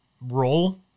role